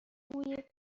موی